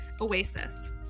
oasis